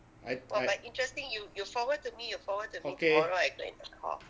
I I okay